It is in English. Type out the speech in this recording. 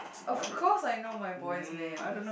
of course I know my boys names